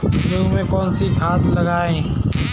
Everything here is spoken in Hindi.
गेहूँ में कौनसी खाद लगाएँ?